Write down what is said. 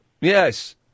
Yes